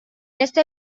este